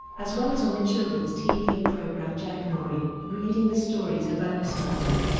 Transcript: as well as on the children's tv programme jackanory, reading the stories of alison uttley.